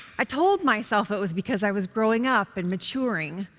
i told myself it was because i was growing up and maturing,